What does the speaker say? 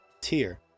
tier